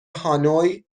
هانوی